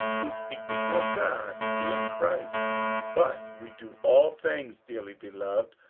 we speak before god in christ but we do all things, dearly beloved,